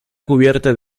cubierta